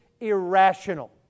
irrational